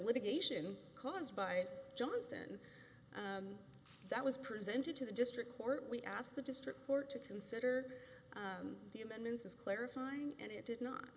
litigation caused by johnson that was presented to the district court we asked the district court to consider the amendments as clarifying and it did not